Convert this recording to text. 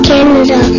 Canada